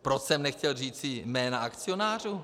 Proč jsem nechtěl říci jména akcionářů?